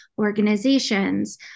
organizations